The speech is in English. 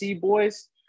boys